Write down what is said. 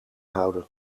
houden